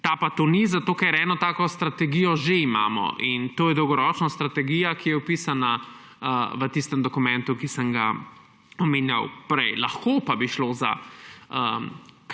Ta pa to ni, zato ker eno tako strategijo že imamo, in to je dolgoročna strategija, ki je opisana v tistem dokumentu, ki sem ga omenjal prej. Lahko pa bi šlo za